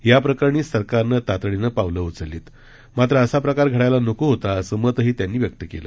या प्रकरणी सरकारने तातडीनं पावलं उचलली मात्र असा प्रकार घडायला नको होता असं मतही त्यांनी व्यक्त केलं